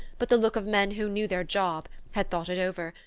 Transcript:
but the look of men who knew their job, had thought it over,